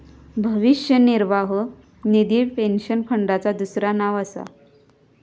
भविष्य निर्वाह निधी पेन्शन फंडाचा दुसरा नाव असा